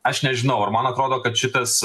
aš nežinau ar man atrodo kad šitas